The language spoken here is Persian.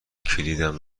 کلیدم